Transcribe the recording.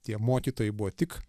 tie mokytojai buvo tik